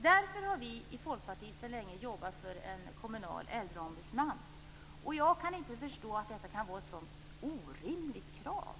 Därför har vi i Folkpartiet sedan länge jobbat för en kommunal äldreombudsman. Jag kan inte förstå att detta kan vara ett sådant orimligt krav.